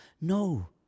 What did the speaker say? no